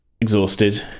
exhausted